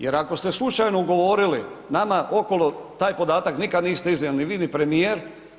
Jer ako ste slučajno ugovorili, nama okolo taj podatak nikad niste iznijeli, ni vi, ni premijer.